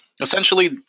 Essentially